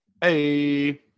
hey